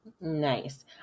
nice